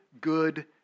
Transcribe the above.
good